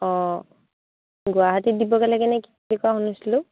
অঁ গুৱাহাটীত দিবগৈ লাগেনে কি বুলি কোৱা শুনিছিলোঁ